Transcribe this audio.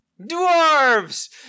Dwarves